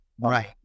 Right